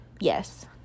Yes